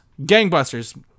Gangbusters